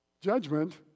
judgment